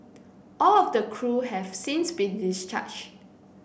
all of the crew have since been discharge